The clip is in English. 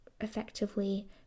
effectively